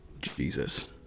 Jesus